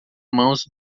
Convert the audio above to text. mãos